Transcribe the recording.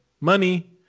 money